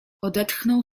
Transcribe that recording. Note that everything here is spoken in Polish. odetchnął